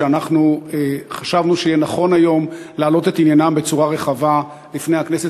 ואנחנו חשבנו שיהיה נכון היום להעלות את עניינם בצורה רחבה בפני הכנסת.